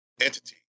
entity